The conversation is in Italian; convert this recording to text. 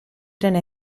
rené